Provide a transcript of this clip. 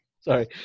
sorry